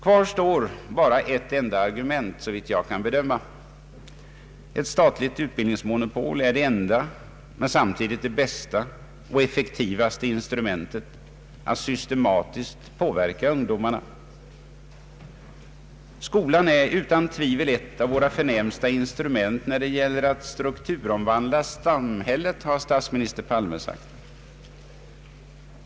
Kvar står bara ett enda argument, såvitt jag kan bedöma: ett statligt utbildningsmonopol är det enda men samtidigt det bästa och effektivaste instrumentet att systematiskt påverka ungdomarna. ”Skolan är utan tvivel ett av våra förnämsta instrument när det gäller att strukturomvandla samhället”, har statsminister Palme sagt.